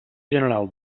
general